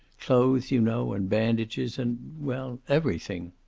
clothes, you know, and bandages, and well, everything.